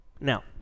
Now